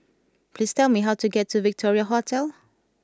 please tell me how to get to Victoria Hotel